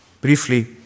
briefly